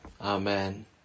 Amen